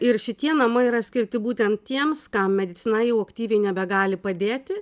ir šitie namai yra skirti būtent tiems kam medicina jau aktyviai nebegali padėti